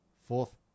fourth